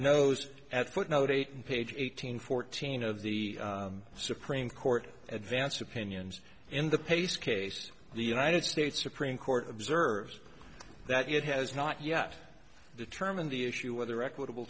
knows at footnote eight page eight hundred fourteen of the supreme court advance opinions in the pace case the united states supreme court observes that it has not yet determined the issue whether equitable